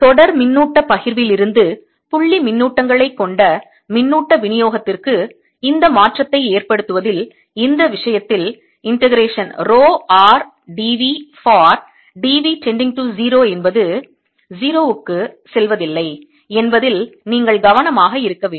தொடர் மின்னூட்டப் பகிர்விலிருந்து புள்ளி மின்னூட்டங்களைக் கொண்ட மின்னூட்ட விநியோகத்திற்கு இந்த மாற்றத்தை ஏற்படுத்துவதில் இந்த விஷயத்தில் integration rho r d v for d v tending to 0 என்பது 0 க்கு செல்வதில்லை என்பதில் நீங்கள் கவனமாக இருக்க வேண்டும்